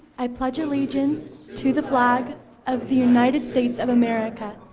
i pledge allegiance to the flag of the united states of america,